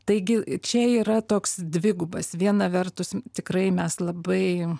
taigi čia yra toks dvigubas viena vertus tikrai mes labai